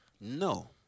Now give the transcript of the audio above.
No